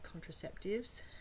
contraceptives